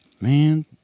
man